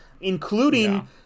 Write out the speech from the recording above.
including